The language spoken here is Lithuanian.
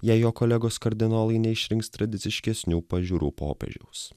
jei jo kolegos kardinolai neišrinks tradiciškesnių pažiūrų popiežiaus